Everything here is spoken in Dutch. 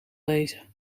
bezig